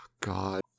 God